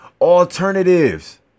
alternatives